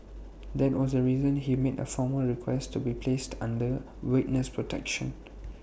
that was the reason he made A formal request to be placed under witness protection